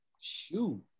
Shoot